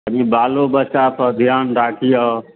की बालो बच्चापर धियान राखिहऽ